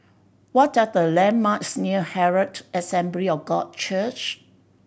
what are the landmarks near Herald Assembly of God Church